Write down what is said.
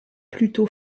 plutôt